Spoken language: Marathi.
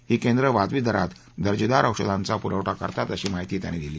ही केंद्र वाजवी दरात दर्जेदार औषधांचा पुरवठा करतात अशी माहिती त्यांनी दिली